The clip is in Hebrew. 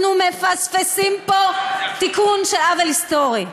אנחנו מפספסים פה תיקון של עוול היסטורי.